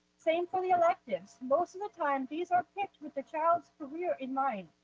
same for the electives. most of the time these are picked with the child's career in mind.